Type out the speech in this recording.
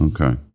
Okay